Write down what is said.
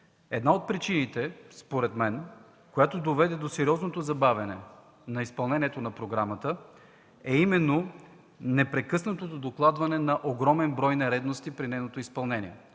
една от причините, според мен, която доведе до сериозното забавяне на изпълнението на програмата, е именно непрекъснатото докладване на огромен брой нередности при нейното изпълнение,